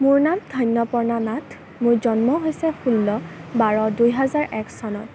মোৰ নাম ধন্যপৰ্ণা নাথ মোৰ জন্ম হৈছে ষোল্ল বাৰ দুহেজাৰ এক চনত